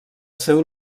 seu